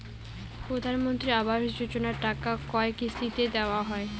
প্রধানমন্ত্রী আবাস যোজনার টাকা কয় কিস্তিতে দেওয়া হয়?